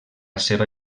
seva